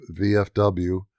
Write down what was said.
VFW